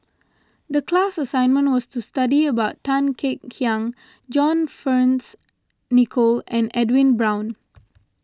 the class assignment was to study about Tan Kek Hiang John Fearns Nicoll and Edwin Brown